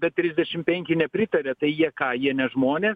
bet trisdešim penki nepritaria tai jie ką jie ne žmonė